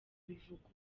bivugwa